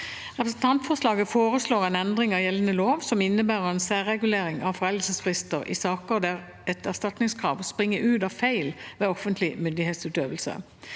Representantforslaget foreslår en endring av gjeldende lov som innebærer en særregulering av foreldelsesfrister i saker der et erstatningskrav springer ut av feil ved offentlig myndighetsutøvelse.